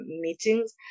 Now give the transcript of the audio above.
meetings